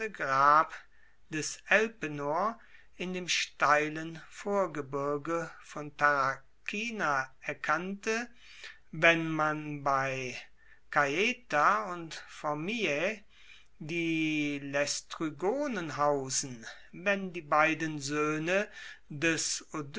grab des elpenor in dem steilen vorgebirge von tarracina erkannte wenn bei caieta und formiae die laestrygonen hausen wenn die beiden soehne des